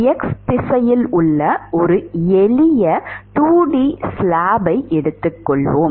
x திசையில் உள்ள ஒரு எளிய 2D ஸ்லாப்பை எடுத்துக்கொள்வோம்